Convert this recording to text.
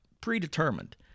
predetermined